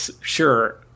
sure